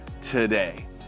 today